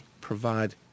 provide